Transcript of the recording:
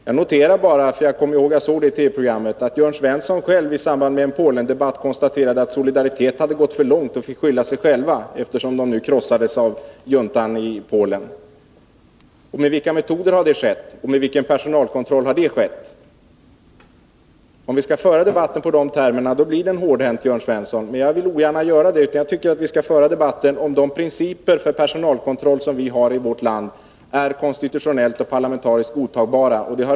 Jag bara noterar att Jörn Svensson själv i samband med en TV-debatt om Polen konstaterade att Solidaritets medlemmar hade gått för långt och fick skylla sig själva, när organisationen nu krossades av juntan. Med vilka metoder har det skett? Med vilken personalkontroll har det skett? Om vi skall föra debatten i de termerna, då blir den hårdhänt, Jörn Svensson, men jag vill ogärna göra det. Jag tycker att debatten skall gälla huruvida de principer för personalkontroll som vi har i vårt land är konstitutionellt och parlamentariskt godtagbara.